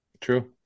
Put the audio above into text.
True